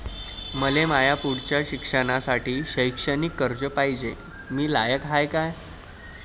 मले माया पुढच्या शिक्षणासाठी शैक्षणिक कर्ज पायजे, मी लायक हाय का?